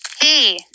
Hey